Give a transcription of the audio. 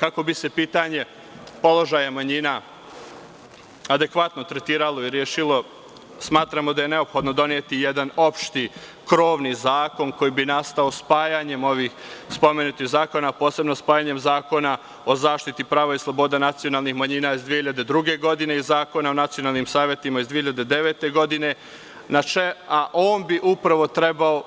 Kako bi se pitanje položaja manjina adekvatno tretiralo i rešilo, smatramo da je neophodno doneti jedan opšti, krovni zakon koji bi nastao spajanjem ovih spomenutih zakona, posebno spajanjem Zakona o zaštiti prava i sloboda nacionalnih manjina iz 2002. godine i Zakona o nacionalnim savetima iz 2009. godine, a on bi upravo trebao,